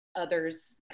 others